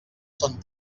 són